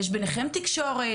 יש ביניכם תקשורת,